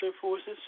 forces